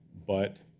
but